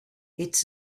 its